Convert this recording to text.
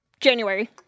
January